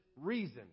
reason